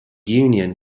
union